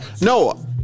No